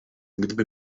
gdyby